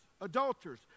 adulterers